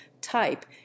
type